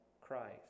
Christ